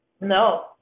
no